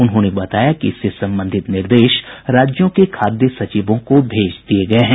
उन्होंने बताया कि इससे संबंधित निर्देश राज्यों के खाद्य सचिवों को भेज दिया गये हैं